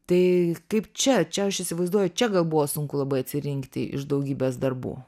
tai kaip čia čia aš įsivaizduoju čia gal buvo sunku labai atsirinkti iš daugybės darbų